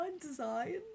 design